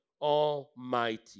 Almighty